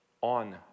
on